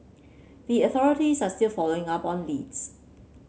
the authorities are still following up on leads